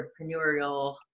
entrepreneurial